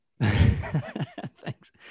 Thanks